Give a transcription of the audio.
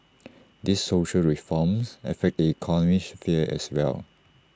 these social reforms affect the economic sphere as well